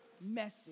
message